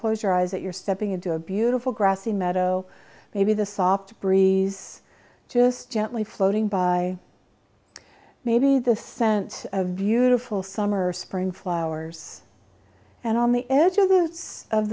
close your eyes that you're stepping into a beautiful grassy meadow maybe the soft breeze just gently floating by maybe the scent of beautiful summer spring flowers and on the edge of the